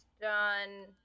done